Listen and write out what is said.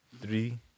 Three